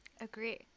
Agree